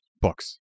books